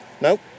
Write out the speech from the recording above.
Nope